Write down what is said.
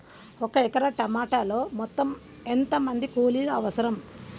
ఒక ఎకరా టమాటలో మొత్తం ఎంత మంది కూలీలు అవసరం?